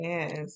Yes